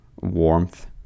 warmth